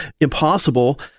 impossible